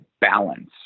balance